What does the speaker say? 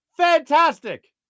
fantastic